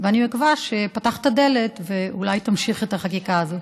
אני מקווה שפתחת דלת ואולי תמשיך את החקיקה הזאת.